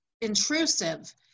intrusive